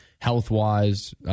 health-wise